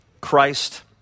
Christ